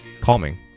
Calming